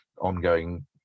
ongoing